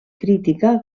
crítica